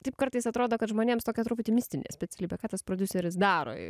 taip kartais atrodo kad žmonėms tokia truputį mistinė specialybė ką tas prodiuseris daro